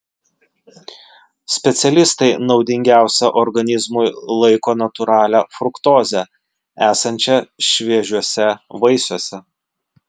specialistai naudingiausia organizmui laiko natūralią fruktozę esančią šviežiuose vaisiuose